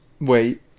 Wait